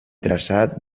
traçat